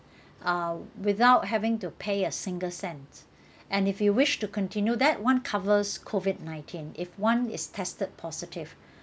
uh without having to pay a single cent and if you wish to continue that one covers COVID nineteen if one is tested positive